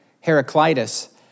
Heraclitus